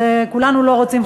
אז כולנו לא רוצים,